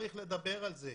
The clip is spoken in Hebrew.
צריך לדבר על זה.